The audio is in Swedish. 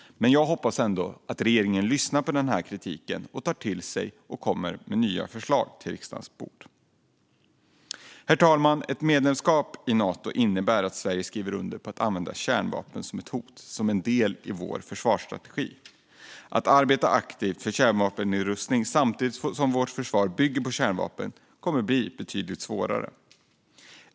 Jag hoppas ändå att regeringen lyssnar på kritiken, tar den till sig och kommer med nya förslag till riksdagens bord. Herr talman! Ett medlemskap i Nato innebär att Sverige skriver under på att använda kärnvapen som ett hot, som en del i vår försvarsstrategi. Att arbeta aktivt för kärnvapennedrustning samtidigt som vårt försvar bygger på kärnvapen kommer att bli betydligt svårare.